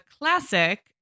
classic